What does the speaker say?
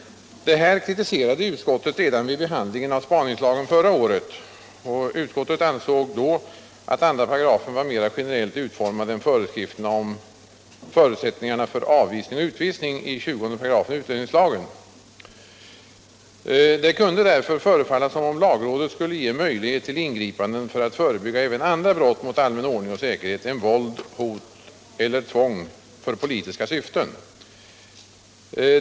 Detta kritiserade utskottet redan vid behandlingen av spaningslagen förra året. Utskottet ansåg då att 2 § var mera generellt utformad än föreskriften om förutsättningarna för avvisning och utvisning i 20 § utlänningslagen. Det kunde därför synas som om lagrummet skulle ge möjlighet till ingripanden för att förebygga även andra brott mot allmän ordning och säkerhet än våld, hot eller tvång för politiska syften.